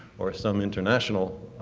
or some international